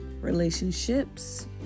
relationships